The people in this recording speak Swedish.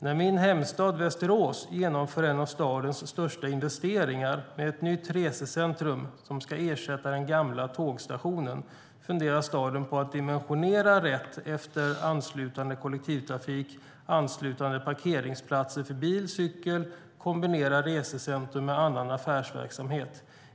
När min hemstad Västerås genomför en av stadens största investeringar med ett nytt resecentrum som ska ersätta den gamla tågstationen funderar staden på att dimensionera rätt efter anslutande kollektivtrafik, anslutande parkeringsplatser för bil och cykel samt kombinera resecentrum med annan affärsverksamhet.